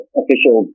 official